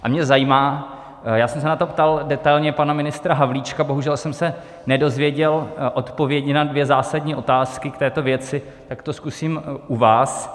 A mě zajímá, já jsem se na to ptal detailně pana ministra Havlíčka, bohužel jsem se nedozvěděl odpovědi na dvě zásadní otázky k této věci, tak to zkusím u vás.